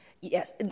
Yes